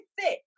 thick